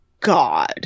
God